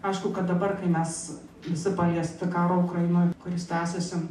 aišku kad dabar kai mes visi paliesti karo ukrainoj kuris tęsiasi